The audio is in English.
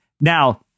Now